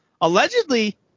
Allegedly